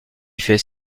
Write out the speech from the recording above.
fait